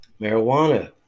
Marijuana